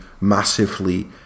massively